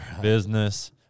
Business